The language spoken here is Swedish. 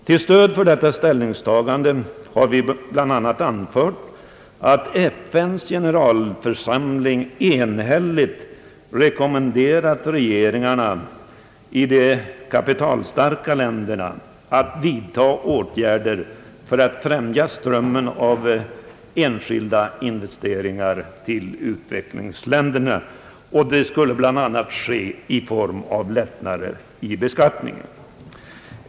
Till stöd för detta ställningstagande har vi bl.a. anfört att FN:s generalförsamling enhälligt rekommenderat regeringarna i de kapitalstarka länderna att vidta åtgärder för att främja strömmen av enskilda investeringar till utvecklingsländerna, t.ex. i form av lättnader i beskattningen.